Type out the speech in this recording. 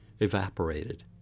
evaporated